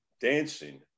dancing